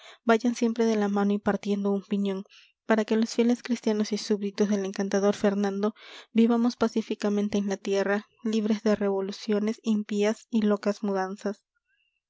vayan siempre de la mano y partiendo un piñón para que los fieles cristianos y súbditos del encantador fernando vivamos pacíficamente en la tierra libres de revoluciones impías y de locas mudanzas